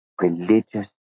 religious